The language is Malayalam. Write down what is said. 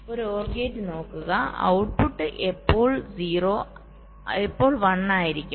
ഒരു OR ഗേറ്റ് നോക്കുക ഔട്ട്പുട്ട് എപ്പോൾ 1 ആയിരിക്കും